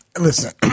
listen